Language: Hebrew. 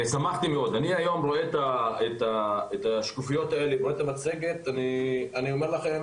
אני היום רואה את השקופיות האלה במצגת ואני אומר לכם